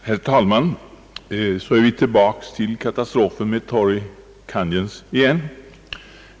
Herr talman! Så är vi då tillbaka igen vid katastrofen med Torrey Canyon.